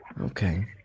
Okay